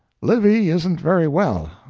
livy isn't very well,